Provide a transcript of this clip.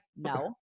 no